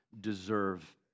deserve